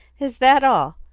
is that all?